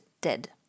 dead